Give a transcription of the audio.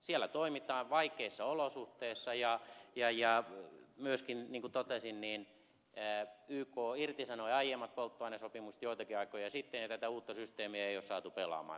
siellä toimitaan vaikeissa olosuhteissa ja myöskin niin kuin totesin yk irtisanoi aiemmat polttoainesopimukset joitakin aikoja sitten ja tätä uutta systeemiä ei ole saatu pelaamaan